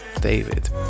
David